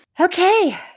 Okay